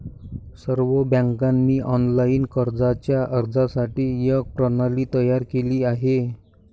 सर्व बँकांनी ऑनलाइन कर्जाच्या अर्जासाठी एक प्रणाली तयार केली आहे